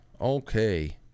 okay